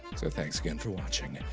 so thanks again for watching,